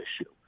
issue